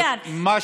מצוין,